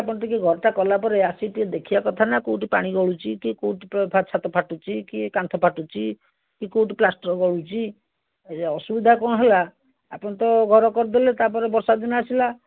ଆପଣ ଟିକିଏ ଘରଟା କଲାପରେ ଆସିକି ଟିକିଏ ଦେଖିବା କଥା ନା କେଉଁଠି ପାଣି ଗଳୁଛି କି କେଉଁଠି ଛାତ ଫାଟୁଛି କି କାନ୍ଥ ଫାଟୁଛି କି କେଉଁଠି ପ୍ଲାଷ୍ଟର୍ ଗଳୁଛି ଇଏ ଅସୁବିଧା କ'ଣ ହେଲା ଆପଣ ତ ଘର କରିଦେଲେ ତାପରେ ବର୍ଷାଦିନ ଆସିଲା